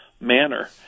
manner